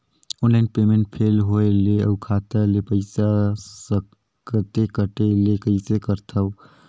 Online payment fail होय ले अउ खाता ले पईसा सकथे कटे ले कइसे करथव?